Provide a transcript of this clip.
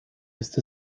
ist